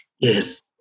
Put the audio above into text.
Yes